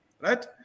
right